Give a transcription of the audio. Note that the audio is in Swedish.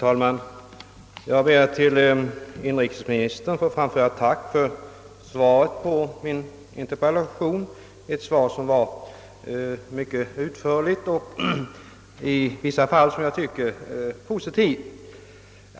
Herr talman! Jag ber att till inrikesministern få framföra ett tack för svaret på min interpellation, ett svar som var mycket utförligt och i vissa avseenden även positivt.